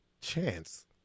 Chance